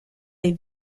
les